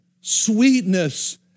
Sweetness